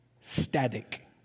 static